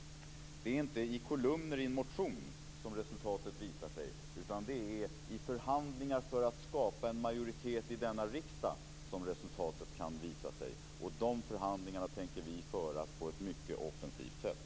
Det är inte i kolumner i en motion som resultatet visar sig, utan det är i förhandlingar för att skapa en majoritet i denna riksdag som resultatet kan visa sig, och de förhandlingarna tänker vi föra på ett mycket offensivt sätt.